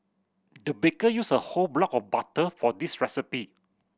the baker used a whole block of butter for this recipe